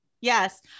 yes